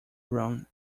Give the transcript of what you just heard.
room